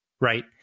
right